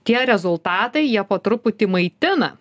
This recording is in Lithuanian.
tie rezultatai jie po truputį maitina